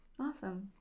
awesome